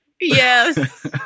Yes